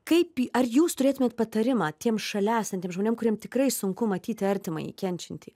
kaip ar jūs turėtumėt patarimą tiems šalia esantiem žmonėm kuriem tikrai sunku matyti artimąjį kenčiantį